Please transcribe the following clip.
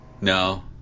No